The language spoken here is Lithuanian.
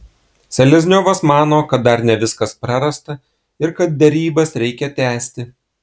selezniovas mano kad dar ne viskas prarasta ir kad derybas reikia tęsti